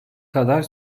kadar